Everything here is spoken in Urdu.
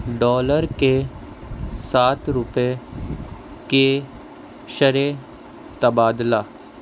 ڈالر کے ساتھ روپے کی شرح تبادلہ